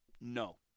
No